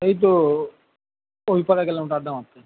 এই তো ওই পারে গেলাম একটু আড্ডা মারতে